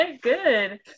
good